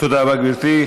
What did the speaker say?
תודה רבה, גברתי.